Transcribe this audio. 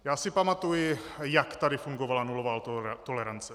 Já si pamatuji, jak tady fungovala nulová tolerance.